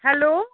hello